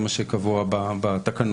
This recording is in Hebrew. זה מה שקבוע בתקנות.